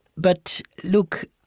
but look,